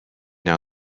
now